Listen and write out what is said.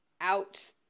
out